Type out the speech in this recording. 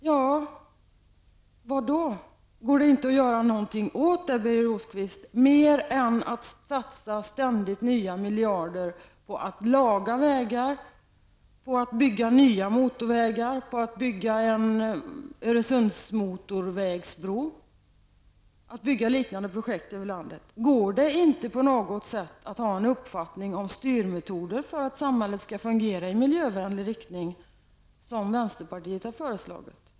Ja, vad då? Går det inte att göra något åt det, Birger Rosqvist, mer än att satsa ständigt nya miljarder på att laga vägar, bygga nya motorvägar, bygga en motorvägsbro över Öresund och liknande projekt över landet? Går det inte på något sätt att ha en uppfattning av vilka styrmetoder som skall användas för att samhället skall fungera i miljövänlig riktning, som vänsterpartiet har föreslagit?